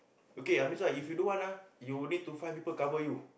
okay I miss out if you don't want ah you need to find people cover you